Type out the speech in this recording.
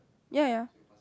ya ya